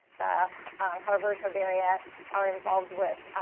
the harvard herbaria are involved with